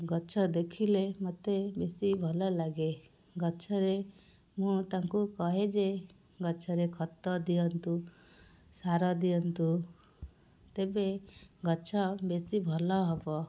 ଗଛ ଦେଖିଲେ ମୋତେ ବେଶି ଭଲ ଲାଗେ ଗଛରେ ମୁଁ ତାଙ୍କୁ କହେ ଯେ ଗଛରେ ଖତ ଦିଅନ୍ତୁ ସାର ଦିଅନ୍ତୁ ତେବେ ଗଛ ବେଶି ଭଲ ହବ